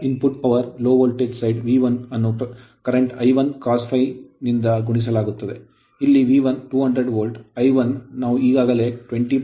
ಈಗ input power low voltage side ಕಡಿಮೆ voltage side voltage V 1 ಅನ್ನು ಪ್ರಸ್ತುತ I1 cos ∅1 ನಿಂದ ಗುಣಿಸಲಾಗುತ್ತದೆ ಇಲ್ಲಿ V 1 200 ವೋಲ್ಟ್ I1 ನಾವು ಈಗಾಗಲೇ 20